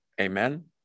Amen